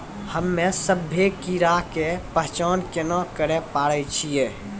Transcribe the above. हम्मे सभ्भे कीड़ा के पहचान केना करे पाड़ै छियै?